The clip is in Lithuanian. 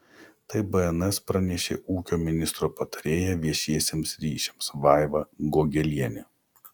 tai bns pranešė ūkio ministro patarėja viešiesiems ryšiams vaiva gogelienė